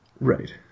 Right